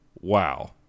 Wow